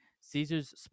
Caesars